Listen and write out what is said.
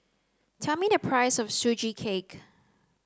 tell me the price of Sugee Cake